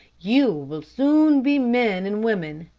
you will soon be men and women.